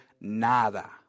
nada